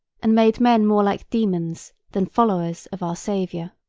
and made men more like demons than followers of our saviour.